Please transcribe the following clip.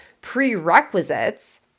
prerequisites